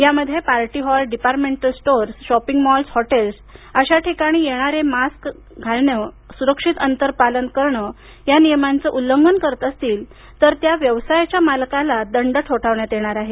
यामध्ये party hall departmental store shopping malls hotels अशा ठिकाणी येणारे मास्क घालणे सुरक्षित अंतर पालन या नियमांचं उल्लंघन होत असेल तर त्या व्यवसायाच्या मालकाला दंड ठोठावण्यात येणार आहे